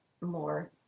more